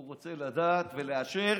הוא רוצה לדעת ולאשר